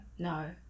No